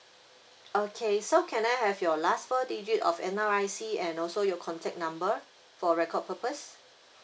okay so can I have your last four digit of N_R_I_C and also your contact number for record purpose